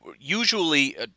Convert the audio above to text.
usually